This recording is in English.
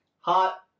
hot